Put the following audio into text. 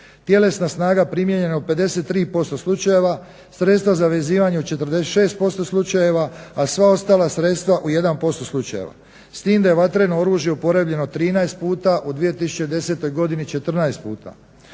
Tjelesna snaga primijenjena je u 53% slučajeva, sredstva zavezivanja u 46% slučajeva, a sva ostala sredstva u 1% slučajeva. S tim da je vatreno oružje uporabljeno 13 puta u 2010. godini 14 puta.